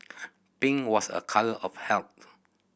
pink was a colour of health